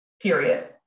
period